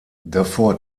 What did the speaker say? davor